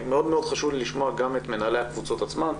מאוד חשוב לי לשמוע גם את מנהלי הקבוצות עצמן.